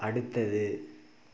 அடுத்தது